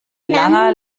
langer